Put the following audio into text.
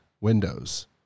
windows